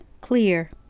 clear